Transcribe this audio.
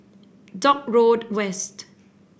Dock Road West